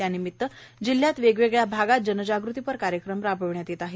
त्या निमित्त जिल्ह्यात वेगवेगळया भागांत जनजाग़तीपर कार्यक्रम राबवण्यात येत आहेत